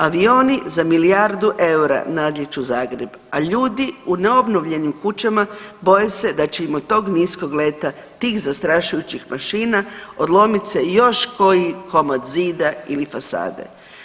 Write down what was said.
Avioni za milijardu eura nadlijeću Zagreb, a ljudi u neobnovljenim kućama boje se da će im od tog niskog leta tih zastrašujućih mašina odlomit se još koji komad zida ili fasade.